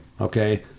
Okay